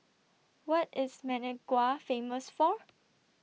What IS Managua Famous For